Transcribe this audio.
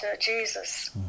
Jesus